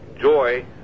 joy